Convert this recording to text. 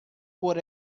por